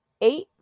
eight